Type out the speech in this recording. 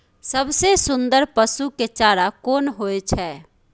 सबसे सुन्दर पसु के चारा कोन होय छै?